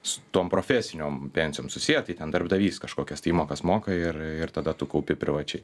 su tom profesiniom pensijom susiję tai ten darbdavys kažkokias tai įmokas moka ir ir tada tu kaupi privačiai